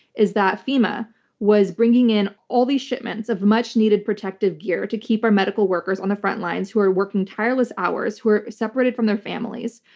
is that fema was bringing in all these shipments of much-needed protective gear to keep our medical workers on the front lines who are working tireless hours, who are separated from their families,